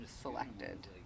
selected